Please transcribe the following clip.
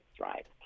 right